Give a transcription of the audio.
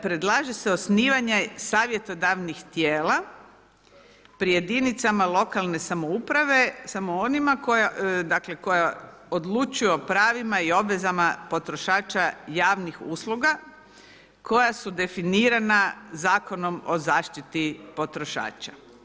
Predlaže se osnivanje savjetodavnih tijela pri jedinicama lokalne samouprave samo onima dakle, koja odlučuju o pravima i obvezama potrošača javnih usluga koja su definirana Zakonom o zaštiti potrošača.